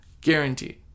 Guaranteed